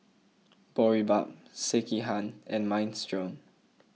Boribap Sekihan and Minestrone